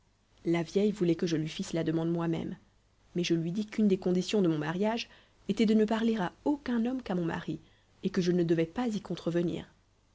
la vieille voulait que je lui fisse la demande moi-même mais je lui dis qu'une des conditions de mon mariage était de ne parler à aucun homme qu'à mon mari et que je ne devais pas y contrevenir